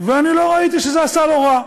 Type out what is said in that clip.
ואני לא ראיתי שזה עשה לו רע.